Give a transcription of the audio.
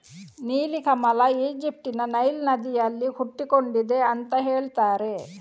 ನೀಲಿ ಕಮಲ ಈಜಿಪ್ಟ್ ನ ನೈಲ್ ನದಿಯಲ್ಲಿ ಹುಟ್ಟಿಕೊಂಡಿದೆ ಅಂತ ಹೇಳ್ತಾರೆ